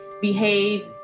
behave